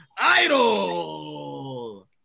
Idol